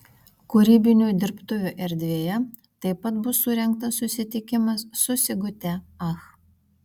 kūrybinių dirbtuvių erdvėje taip pat bus surengtas susitikimas su sigute ach